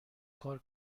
کار